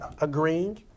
Agreeing